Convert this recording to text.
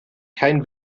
kein